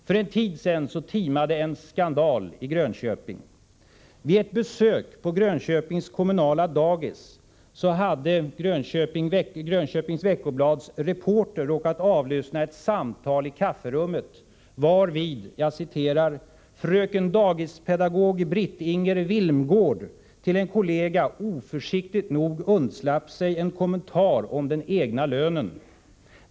För en tid sedan timade en skandal i Grönköping. Vid ett besök på Grönköpings kommunala dagis hade veckobladets reporter råkat avlyssna ett samtal i kafferummet, varvid ”frkn dagispedagog Britt-Inger Vilmgård till en kollega oförsiktigt nog undslapp sig en kommentar om den egna lönen.